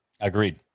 Agreed